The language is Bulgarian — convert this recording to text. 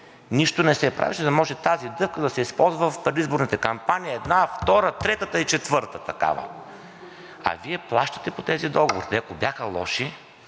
Нищо не се правеше, за да може тази дъвка да се използва в предизборната кампания – една, втора, трета, та и четвърта такава. А Вие плащате по тези договори. Те, ако бяха лоши,